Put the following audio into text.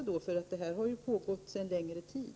Den här affären har ju pågått under en längre tid.